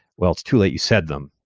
well, it's too late. you said them.